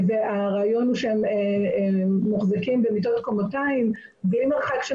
והרעיון שהם מחזיקים במיטות קומתיים בלי מרחק של